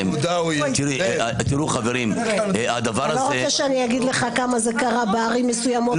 אתה לא רוצה שאני אגיד לך כמה זה קרה בערים מסוימות,